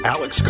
Alex